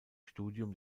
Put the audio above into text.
studium